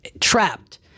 trapped